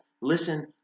Listen